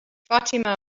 fatima